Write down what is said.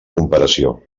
comparació